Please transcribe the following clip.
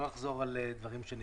לא אחזור על דברים שנאמרו.